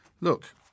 Look